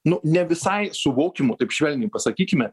nu ne visai suvokimo taip švelniai pasakykime